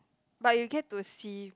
but you get to see